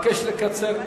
אבקש לקצר.